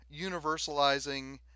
universalizing